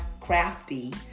crafty